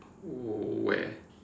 oh where